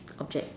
object